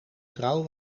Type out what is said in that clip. trouw